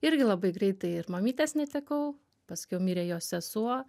irgi labai greitai ir mamytės netekau paskiau mirė jos sesuo